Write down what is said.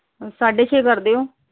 ਸਾਢੇ ਛੇ ਕਰ ਦਿਓ